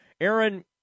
Aaron